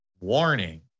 Warning